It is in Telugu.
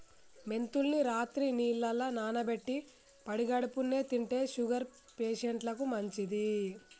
మెంతుల్ని రాత్రి నీళ్లల్ల నానబెట్టి పడిగడుపున్నె తింటే షుగర్ పేషంట్లకు మంచిది